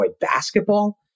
basketball